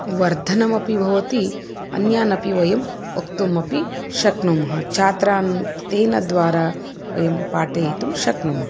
वर्धनमपि भवति अन्यान् अपि वयं वक्तुमपि शक्नुमः छात्रान् तेन द्वारा वयं पाठयितुं शक्नुमः